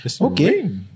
Okay